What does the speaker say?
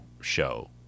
show